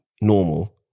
normal